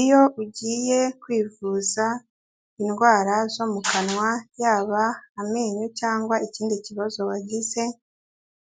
Iyo ugiye kwivuza indwara zo mu kanwa, yaba amenyo cyangwa ikindi kibazo wagize,